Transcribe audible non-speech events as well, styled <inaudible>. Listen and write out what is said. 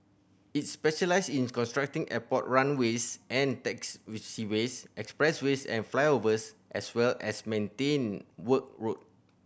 it specialises in constructing airport runways and taxi <unintelligible> expressways and flyovers as well as <unintelligible> work for road